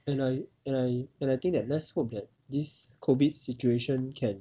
and I and I and I think that let's hope that this COVID situation can